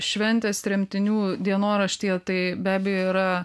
šventės tremtinių dienoraštyje tai be abejo yra